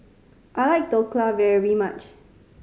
I like Dhokla very much